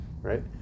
right